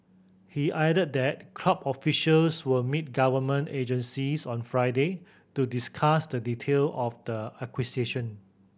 he added that club officials will meet government agencies on Friday to discuss the detail of the acquisition